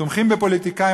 ותומכים בפוליטיקאים,